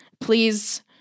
Please